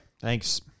Thanks